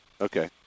Okay